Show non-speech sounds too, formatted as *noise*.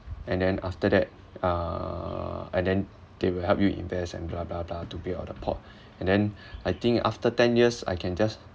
and then after that uh and then they will help you invest and *noise* to build up the pot and then I think after ten years I can just